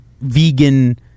vegan